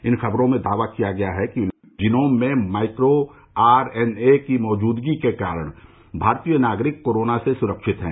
इन खबरों में दावा किया गया है कि जिनोम में माइक्रो आर एन ए की मौजूदगी के कारण भारतीय नागरिक कोरोना से सुरक्षित हैं